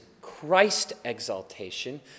Christ-exaltation